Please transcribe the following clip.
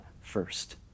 first